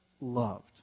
loved